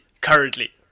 currently